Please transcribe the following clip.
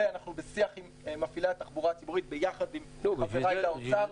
אנחנו בשיח עם מפעילי התחבורה הציבורית ביחד עם חבריי באוצר.